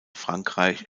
frankreich